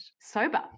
sober